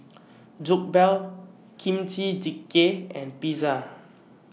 Jokbal Kimchi Jjigae and Pizza